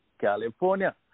California